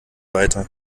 weiter